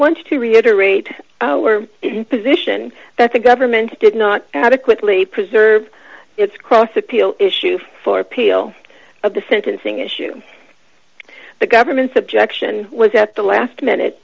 want to reiterate our position that the government did not adequately preserve its cross appeal issue for appeal of the sentencing issue the government's objection was at the last minute